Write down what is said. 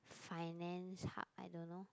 finance hub I don't know